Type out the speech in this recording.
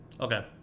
okay